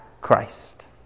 Christ